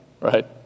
right